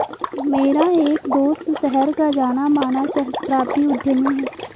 मेरा एक दोस्त शहर का जाना माना सहस्त्राब्दी उद्यमी है